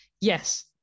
yes